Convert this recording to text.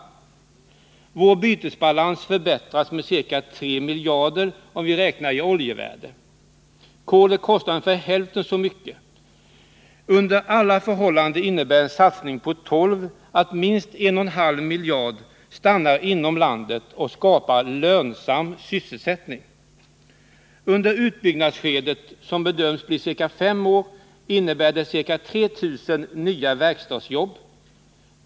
Vår bytesbalans förbättras med ca 3 miljarder om vi räknar i oljevärde. Kolet kostar ungefär hälften så mycket. Under alla förhållanden innebär en satsning på torv att minst 1,5 miljarder stannar inom landet och skapar lönsam sysselsättning. Under uppbyggnadsskedet, som bedöms bli ca fem år, innebär det ca 3 000 nya verkstadsjobb.